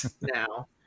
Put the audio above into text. now